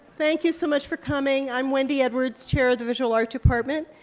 thank you so much for coming. i'm wendy edwards, chair of the visual art department.